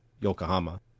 yokohama